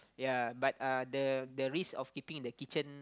yea but uh the the risk of keeping in the kitchen